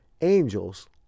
angels